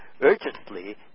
urgently